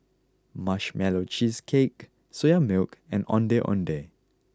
Marshmallow Cheesecake Soya Milk and Ondeh Ondeh